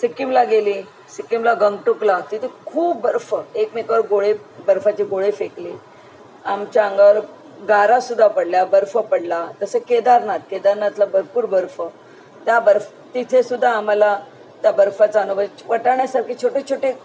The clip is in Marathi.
सिक्किमला गेले सिक्कीमला गंगटुकला तिथे खूप बर्फ एकमेकावर गोळे बर्फाचे गोळे फेकले आमच्या अंगावर गारासुद्धा पडल्या बर्फ पडला तसे केदारनाथ केदारनाथला भरपूर बर्फ त्या बर्फ् तिथेसुद्धा आम्हाला त्या बर्फाचा अनुभव छ् वाटाण्यासारखे छोटे छोटे